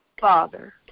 Father